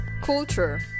culture